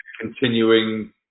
continuing